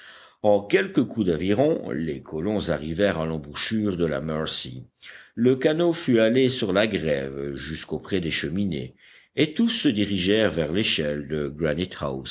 en quelques coups d'aviron les colons arrivèrent à l'embouchure de la mercy le canot fut halé sur la grève jusqu'auprès des cheminées et tous se dirigèrent vers l'échelle de